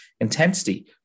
Intensity